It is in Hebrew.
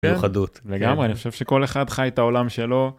מיוחדות, וגם אני חושב שכל אחד חי את העולם שלו.